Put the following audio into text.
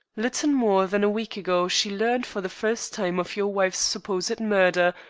little more than a week ago she learned for the first time of your wife's supposed murder.